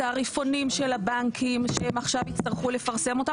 תעריפונים של הבנקים שהם עכשיו יצטרכו לפרסם אותם.